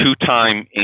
two-time